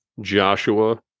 Joshua